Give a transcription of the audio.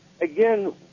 again